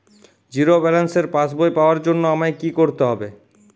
Zero ব্যালেন্সের পাসবই পাওয়ার জন্য আমায় কী করতে হবে?